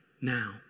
now